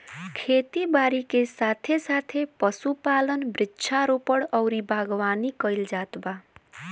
खेती बारी के साथे साथे पशुपालन, वृक्षारोपण अउरी बागवानी कईल जात बा